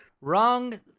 Wrong